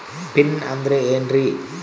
Pin ಅಂದ್ರೆ ಏನ್ರಿ?